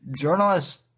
Journalists